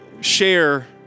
share